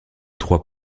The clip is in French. trois